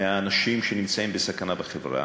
מהאנשים שנמצאים בחברה,